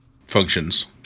functions